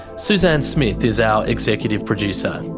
suzanne smith is our executive producer.